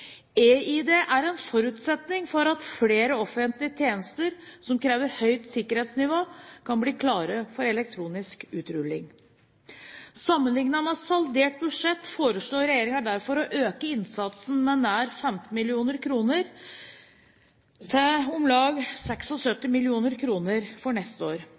eID er en forutsetning for at flere offentlige tjenester som krever høyt sikkerhetsnivå, kan bli klare for elektronisk utrulling. Sammenlignet med saldert budsjett foreslår regjeringen derfor å øke innsatsen neste år med nær 15 mill. kr, til om lag